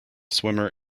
swimmer